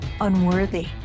unworthy